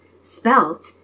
spelt